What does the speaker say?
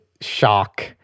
shock